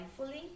mindfully